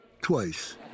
twice